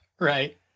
Right